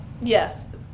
Yes